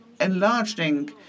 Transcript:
enlarging